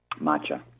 matcha